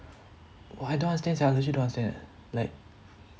!wah! I don't understand sia legit don't understand leh like